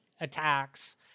attacks